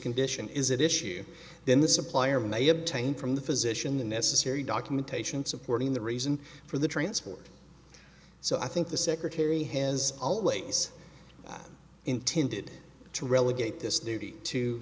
condition is at issue then the supplier may obtain from the physician the necessary documentation supporting the reason for the transport so i think the secretary has always intended to relegate this duty to